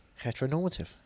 heteronormative